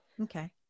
Okay